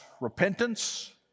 repentance